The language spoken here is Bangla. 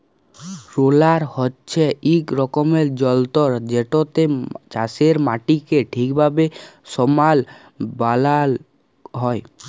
রোলার হছে ইক রকমের যল্তর যেটতে চাষের মাটিকে ঠিকভাবে সমাল বালাল হ্যয়